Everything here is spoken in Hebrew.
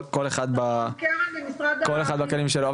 כל אחד והכלים שלו.